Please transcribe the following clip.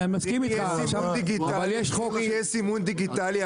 אם יהיה סימון דיגיטלי,